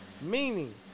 meaning